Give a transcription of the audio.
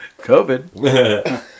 COVID